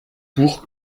pour